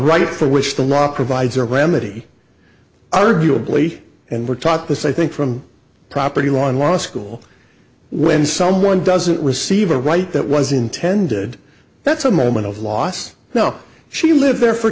right for which the ra provides a remedy arguably and we're taught this i think from property law in law school when someone doesn't receive a right that was intended that's a moment of loss no she lived there for